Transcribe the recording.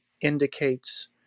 indicates